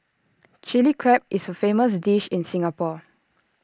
Chilli Crab is A famous dish in Singapore